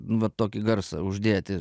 va tokį garsą uždėti